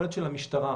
מידתית.